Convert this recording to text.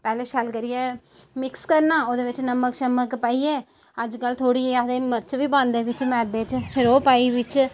पैहले शैल करियै मिक्स करना ओह्दे बिच नमक शमक पाइयै अज्ज कल्ल थोह्ड़ी जेही आखदे मर्च बी पांदे ओह्दे च मैदे च फिर ओह् पाई बिच